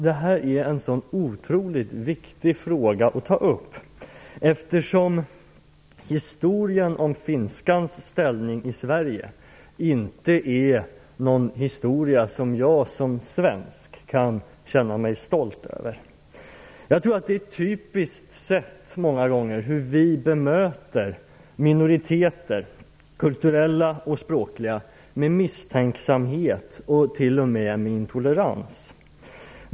Detta är en oerhört viktig fråga att ta upp. Historien om finskans ställning i Sverige är inte en historia som jag som svensk kan känna mig stolt över. Jag tror att det är typiskt att vi många gånger bemöter minoriteter, kulturella och språkliga, med misstänksamhet och t.o.m. med intolerans.